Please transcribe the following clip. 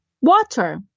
water